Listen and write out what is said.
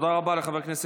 שלא תהיה אי-הבנה,